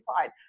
fine